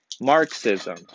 Marxism